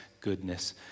goodness